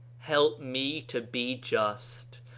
help me to be just.